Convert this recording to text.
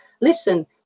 listen